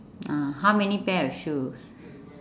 ah how many pair of shoes